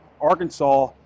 Arkansas